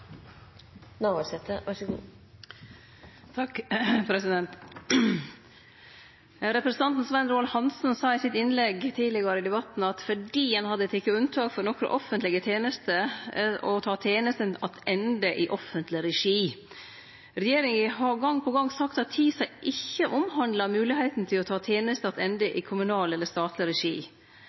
Representanten Svein Roald Hansen sa i innlegget sitt tidlegare i debatten at ein hadde gjort unnatak for nokre offentlege tenester og teke tenestene attende i offentleg regi. Regjeringa har gong på gong sagt at TISA ikkje omhandlar moglegheita til å ta tenester attende i kommunal eller statleg regi.